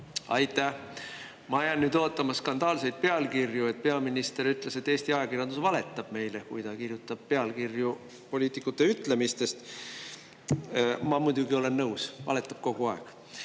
Aitäh! Ma jään nüüd ootama skandaalseid pealkirju sellest, et peaminister ütles, et Eesti ajakirjandus valetab meile, kui ta kirjutab pealkirju poliitikute ütlemistest. Ma muidugi olen nõus – valetab kogu aeg. Aga